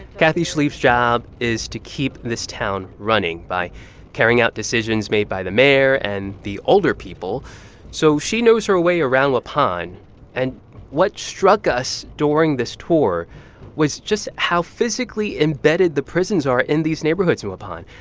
kathy schlieve's job is to keep this town running by carrying out decisions made by the mayor and the alderpeople. so she knows her way around waupun and what struck us during this tour was just how physically embedded the prisons are in these neighborhoods in waupun.